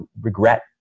regret